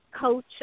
coach